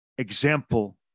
Example